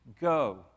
Go